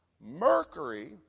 Mercury